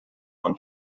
von